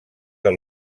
del